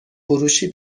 فروشی